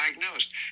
diagnosed